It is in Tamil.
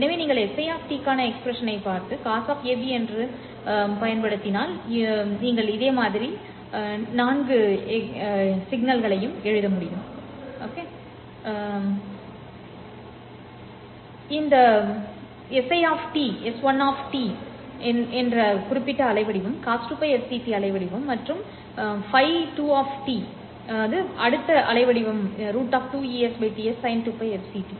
எனவே நீங்கள் si க்கான எக்ஸ்பிரஷனைப் பார்த்து cos என்ற சூத்திரத்தைப் பயன்படுத்தினால் வலது cos என்பது cosA cos B sinA sinB ஆல் வழங்கப்படுகிறது மேலும் Si இன் இந்த வெளிப்பாட்டிற்கு நேரடியாகப் பயன்படுத்தினால் நீங்கள் எழுதலாம் 2Es T s¿ ¿cos π 4 cos 2πfct √ 2Es T s¿ ¿sin π 4 sin 2πfct